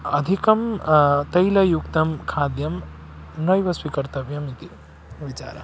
अधिकं तैलयुक्तं खाद्यं नैव स्वीकर्तव्यम् इति विचारः